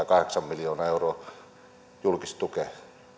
kahdeksan miljoonaa euroa julkista tukea